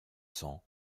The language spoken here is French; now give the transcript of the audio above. cents